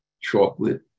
chocolate